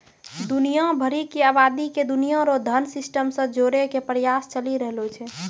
दुनिया भरी के आवादी के दुनिया रो धन सिस्टम से जोड़ेकै प्रयास चली रहलो छै